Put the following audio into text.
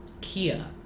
Kia